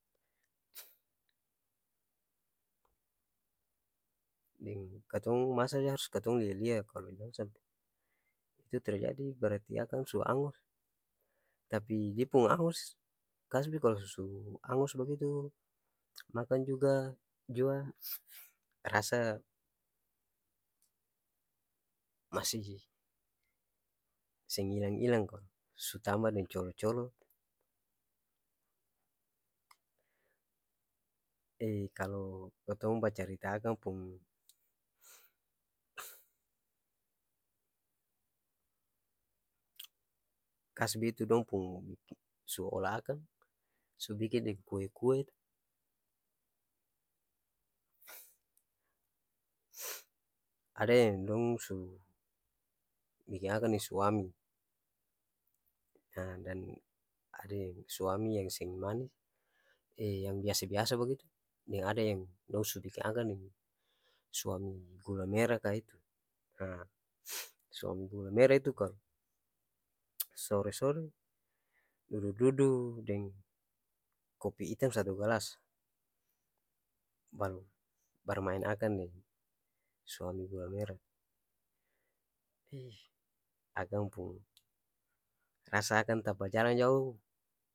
deng katong masa ni harus katong lia-lia kalo jang sampe itu tar jadi berati akang su angos tapi dia pung angos kasbi kalo su angos bagitu makan juga jua rasa masih seng ilang-ilang kong su tamba deng colo-colo be kalo katong bacita akang pung kasbi dong tu su ola akang su biking deng kue-kue tu ada yang dong su biking akang deng suami ha dan ada yang suami yang seng manis yang biasa-biasa bagitu deng ada yang dong su biking akang deng suami gula mera ka itu ha suami gula mera itu kalo sore-sore dudu-dudu deng kopi itam satu galas baru barmaeng akang deng suami gula mera ih akang pung rasa akang.